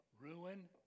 Ruin